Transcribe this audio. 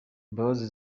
imbabazi